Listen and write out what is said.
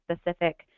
specific